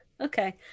Okay